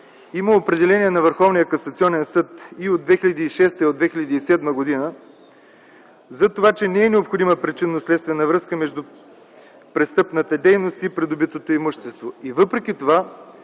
Има определения на Върховния касационен съд от 2006 и 2007 г., че не е необходима причинно-следствена връзка между престъпната дейност и придобитото имущество.